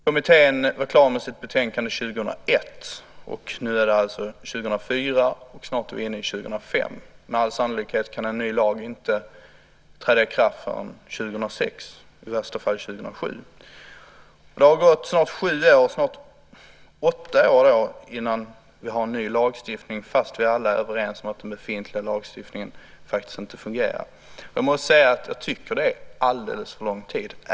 Kommittén var klar med sitt betänkande 2001. Nu är det 2004, och snart är vi inne i 2005. Med all sannolikhet kan en ny lag inte träda i kraft förrän 2006, i värsta fall 2007. Det har alltså gått sju, snart åtta år utan att vi har fått en ny lagstiftning, fast vi alla är överens om att den befintliga lagstiftningen inte fungerar. Jag tycker att det är alldeles för lång tid.